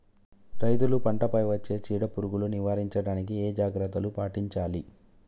రైతులు పంట పై వచ్చే చీడ పురుగులు నివారించడానికి ఏ జాగ్రత్తలు పాటించాలి?